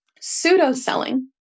Pseudo-selling